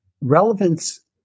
relevance